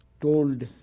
told